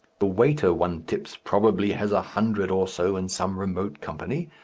the waiter one tips probably has a hundred or so in some remote company,